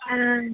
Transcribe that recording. ಹಾಂ